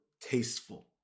tasteful